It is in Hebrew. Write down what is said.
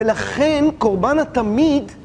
ולכן קורבן התמיד